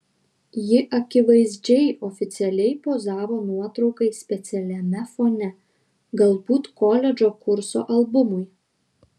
ji akivaizdžiai oficialiai pozavo nuotraukai specialiame fone galbūt koledžo kurso albumui